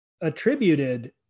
attributed